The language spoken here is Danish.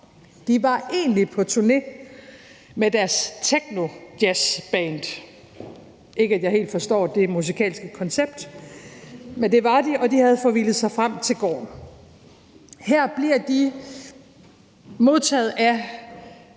De var egentlig på turné med deres technojazzband. Ikke at jeg helt forstår det musikalske koncept, men det var de, og de havde forvildet sig frem til gården. Her bliver de modtaget af